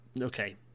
okay